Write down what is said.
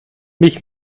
mich